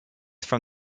from